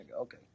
Okay